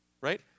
Right